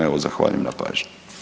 Evo zahvaljujem na pažnji.